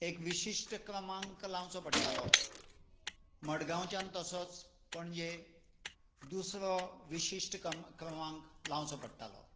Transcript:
एक विशिश्ट क्रमांक लावचो पडटालो मडगांवच्या तसोच पणजे दुसरो विशिश्ट कम क्रमांक लावचो पडटालो